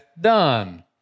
done